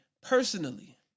personally